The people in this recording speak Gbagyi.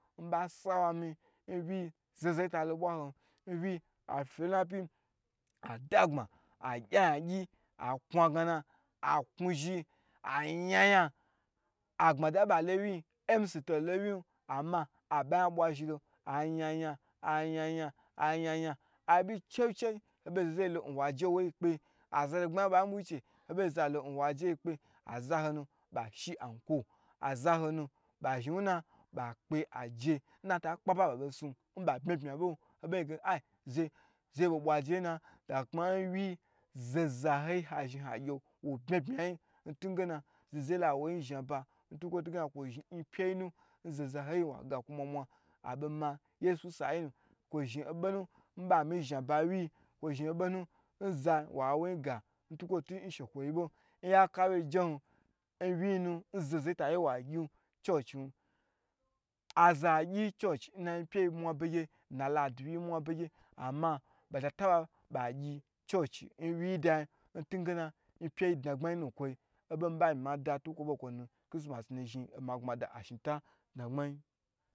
Nba sawami in wyi yi hi, zoho zoho yi ta lo bwahon in wyi yi hi a fi lo na pyi adagbma agyi ayan gyi ah knua gna na aknu zhi ah nya nya, agbmada inba lo wyi yi mc to lo in wyi yin ama abha nya bwa zhi lo ah nya nya, ah nya nya abyi chewi chewi aba gye zaho zaho yilo n nwo ajei kpe azadna gbma nba bwu gyi che ho ba ge za o nwa je kpe, azoho ba shi ankwo, azoho nu ba kpe nna ta kpe aba nba boi sin nba bya byta bo, oba gye ge ai zaye bo bwaje ye n na, a ma n wyiyi zaho zaho yi azhin a gye wo, wo bya bya yi ntugena zaho zaho yi la wo yin zha ba, n tukwo tu ge na kwo zhin nyi pye yi nu n zoho yi zhin wa ga kwo mwa mwa abo ma yesu n sayi nu, kwo zhi obor nu n miba miyin zhaba n wyi yi yi, kwo zhi bonu n za wa wo nyi ga ntukwo tu nshe kwoyibo, n wyi hi yi nu n zaho zaho yi taye gyi churchin, aza gyi church n na yin pye yi mwa be gyi n na ldiwyi yi mwa be gye ama ba ta ta ba ba gyi in wyi yi da yin ntugena yif ye yi dna gbma yi nu nkwo yi, obo mi ba myi ma da tu kwo tukwo nu nun chrisimas nu zhin omi yipye yi ashin ta dna gbma yi